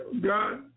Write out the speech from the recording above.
God